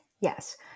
Yes